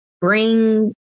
bring